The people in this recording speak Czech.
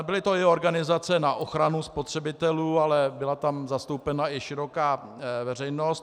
Byly to i organizace na ochranu spotřebitelů, ale byla tam zastoupena i široká veřejnost.